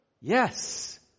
Yes